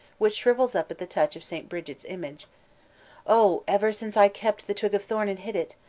which shrivels up at the touch of st. bridget's image oh, ever since i kept the twig of thorn and hid it,